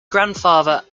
grandfather